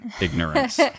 ignorance